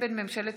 מטעם הממשלה: